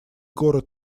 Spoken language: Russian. горы